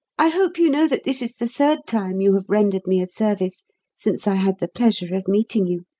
i hope you know that this is the third time you have rendered me a service since i had the pleasure of meeting you.